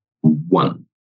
one